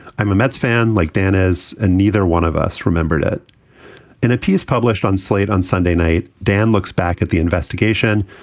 i'm a mets fan like dan is, and ah neither one of us remembered it in a piece published on slate on sunday night. dan looks back at the investigation,